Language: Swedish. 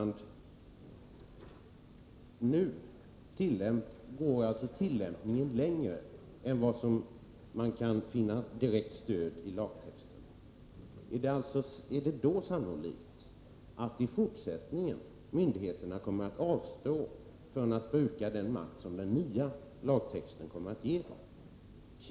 Nu går tillämpningen längre än vad lagtexten ger direkt stöd för. Jag vill då fråga Olle Östrand: Är det sannolikt att myndigheterna i fortsättningen kommer att avstå från att bruka den makt som den nya lagtexten skulle komma att ge dem?